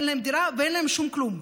אין להם דירה ואין להם שום כלום.